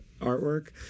artwork